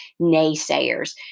naysayers